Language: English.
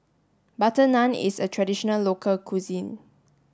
butter naan is a traditional local cuisine